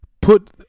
put